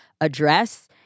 address